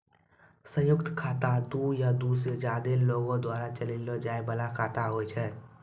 संयुक्त खाता दु या दु से ज्यादे लोगो द्वारा चलैलो जाय बाला खाता होय छै